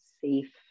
safe